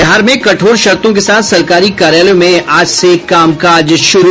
बिहार में कठोर शर्तों के साथ सरकारी कार्यालयों में आज से कामकाज शुरू